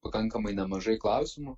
pakankamai nemažai klausimų